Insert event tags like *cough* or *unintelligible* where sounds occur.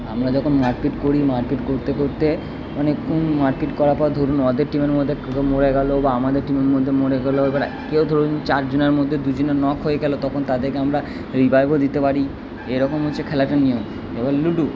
আমরা যখন মারপিট করি মারপিট করতে করতে অনেকক্ষণ মারপিট করার পর ধরুন অর্ধেক টিমের মধ্যে কেউ মরে গেল বা আমাদের টিমের মদ্যে মরে গেলো এবার কেউ ধরুন চারজনের মধ্যে দুজনে *unintelligible* হয়ে গেল তখন তাদেরকে আমরা রিভাইবও দিতে পারি এরকম হচ্ছে খেলাটার নিয়ম এবার লুডু